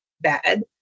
bad